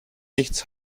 nichts